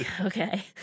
Okay